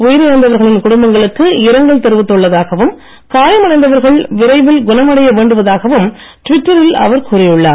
உயிரிழந்தவர்களின் குடும்பங்களுக்கு இரங்கல் தெரிவித்துக் கொள்வதாகவும் காயமடைந்தவர்கள் விரைவில் குணமடைய வேண்டுவதாகவும் ட்விட்டரில் அவர் கூறியுள்ளார்